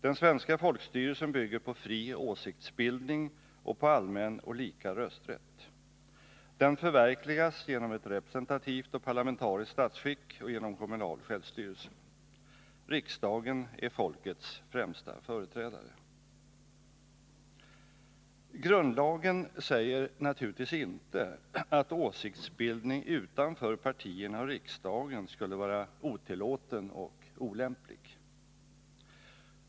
Den svenska folkstyrelsen bygger på fri åsiktsbildning och på allmän och lika rösträtt. Den förverkligas genom ett representativt och parlamentariskt statsskick och genom kommunal självstyrelse. —-—— Riksdagen är folkets främsta företrädare.” Grundlagen säger naturligtvis inte att åsiktsbildning utanför partierna och riksdagen skulle vara otillåten och olämplig.